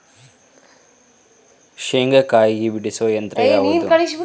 ಶೇಂಗಾಕಾಯಿ ಬಿಡಿಸುವ ಯಂತ್ರ ಯಾವುದು?